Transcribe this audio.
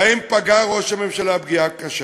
שבהם פגע ראש הממשלה פגיעה קשה,